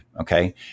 okay